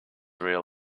reel